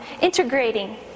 integrating